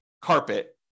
carpet